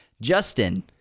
Justin